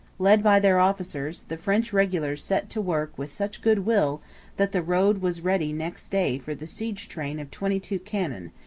led by their officers the french regulars set to work with such goodwill that the road was ready next day for the siege train of twenty-two cannon,